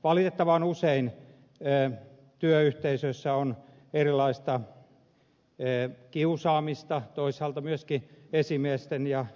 valitettavan usein työyhteisössä on erilaista kiusaamista toisaalta myöskin esimiesten ja